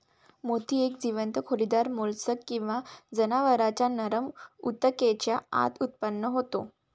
मोती एक जीवंत खोलीदार मोल्स्क किंवा जनावरांच्या नरम ऊतकेच्या आत उत्पन्न होतो